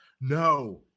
No